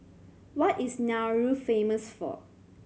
what is Nauru famous for